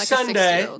Sunday